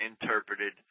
interpreted